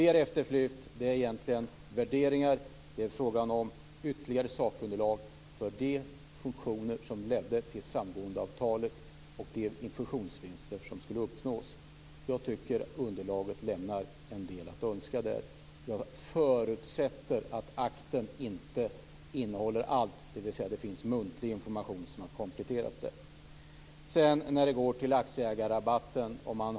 Vi har efterlyst värderingar och ytterligare sakunderlag som ledde fram till samgåendeavtalet och de fusionsvinster som skulle uppnås. Underlaget lämnar en del att önska. Jag förutsätter att akten inte innehåller allt, dvs. muntlig information har kompletterat den.